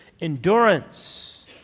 endurance